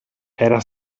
era